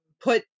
put